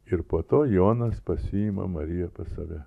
ir po to jonas pasiima mariją pas save